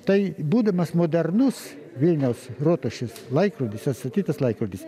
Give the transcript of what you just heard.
tai būdamas modernus vilniaus rotušės laikrodis atstatytas laikrodis